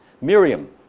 Miriam